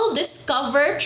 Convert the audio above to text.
discover